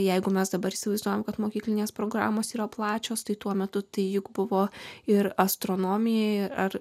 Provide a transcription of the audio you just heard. jeigu mes dabar įsivaizduojame kad mokyklinės programos yra plačios tai tuo metu tai juk buvo ir astronomija ir